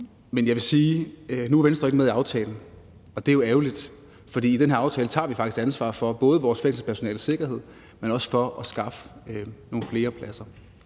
de er i dag. Nu er Venstre jo ikke med i aftalen, og det er jo ærgerligt, for i den her aftale tager vi faktisk ansvar for både vores fængselspersonales sikkerhed, men også for at skaffe nogle flere pladser.